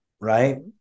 Right